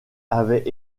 avait